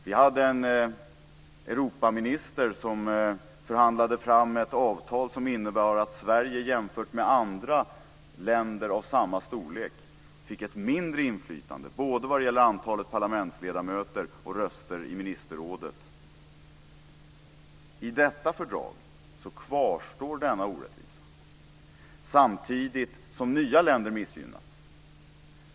Vi hade en Europaminister som förhandlade fram ett avtal som innebar att Sverige jämfört med andra länder av samma storlek fick ett mindre inflytande, både när det gäller antalet parlamentsledamöter och när det gäller antalet röster i ministerrådet. I detta fördrag kvarstår denna orättvisa samtidigt som nya länder missgynnas.